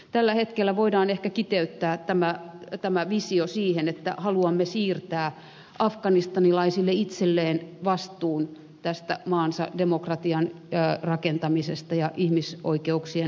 tällä hetkellä voidaan ehkä kiteyttää tämä visio siihen että haluamme siirtää afganistanilaisille itselleen vastuun maansa demokratian ja ihmisoikeuksien rakentamisesta